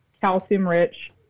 calcium-rich